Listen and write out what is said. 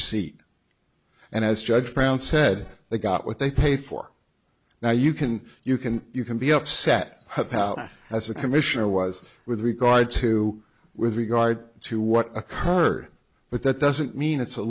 seat and as judge brown said they got what they pay for now you can you can you can be upset help out as a commissioner was with regard to with regard to what occurred but that doesn't mean it's a